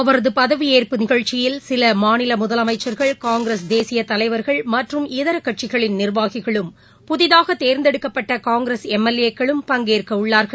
அவரது பதவியேற்பு நிகழ்ச்சியில் சில மாநில முதலமைச்சர்கள் காங்கிரஸ் தேசிய தலைவர்கள் மற்றும் இதர கட்சிகளின் நிர்வாகிகளும் புதிதாக தேர்ந்தெடுக்கப்பட்ட காங்கிரஸ் எம்எல்க்களும் பங்கேற்க உள்ளார்கள்